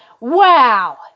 wow